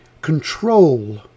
control